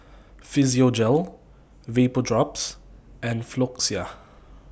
Physiogel Vapodrops and Floxia